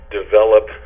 develop